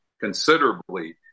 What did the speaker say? considerably